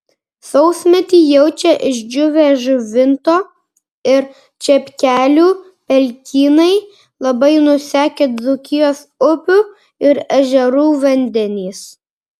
sausmetį jaučia išdžiūvę žuvinto ir čepkelių pelkynai labai nusekę dzūkijos upių ir ežerų vandenys